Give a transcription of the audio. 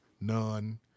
none